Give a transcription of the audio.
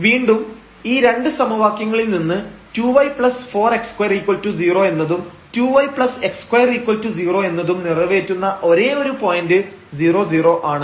വീണ്ടും ഈ 2 സമവാക്യങ്ങളിൽ നിന്ന് 2 y4 x20 എന്നതും 2 yx20 എന്നതും നിറവേറ്റുന്ന ഒരേയൊരു പോയന്റ് 00 ആണ്